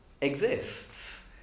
exists